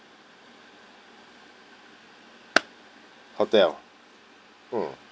hotel um